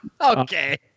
okay